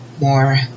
more